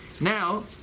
Now